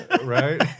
Right